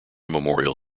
memorial